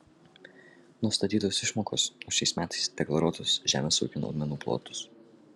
nustatytos išmokos už šiais metais deklaruotus žemės ūkio naudmenų plotus